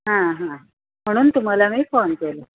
हां हां म्हणून तुम्हाला मी फोन केलं